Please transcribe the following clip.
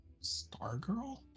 Stargirl